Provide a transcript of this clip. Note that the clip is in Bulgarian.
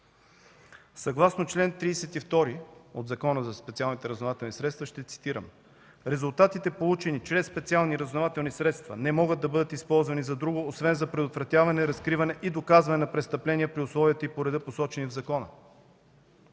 Съгласно чл. 32 от Закона за специалните разузнавателни средства, ще цитирам: „Резултатите, получени чрез специални разузнавателни средства, не могат да бъдат използвани за друго освен за предотвратяване, разкриване и доказване на престъпления при условията и по реда, посочени в закона.“